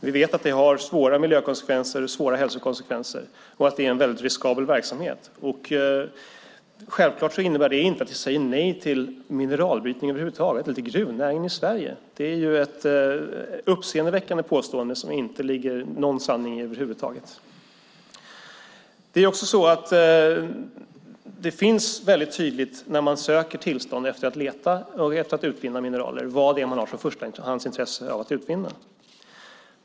Vi vet att det har svåra miljökonsekvenser och svåra hälsokonsekvenser och att det alltså är en mycket riskabel verksamhet. Självklart innebär det inte att vi säger nej till mineralbrytning över huvud taget eller till gruvnäringen i Sverige. Det är ett uppseendeväckande påstående som det inte ligger någon som helst sanning i. När man söker tillstånd för att leta och utvinna mineraler anges tydligt vilket mineral man har som förstahandsintresse.